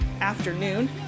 afternoon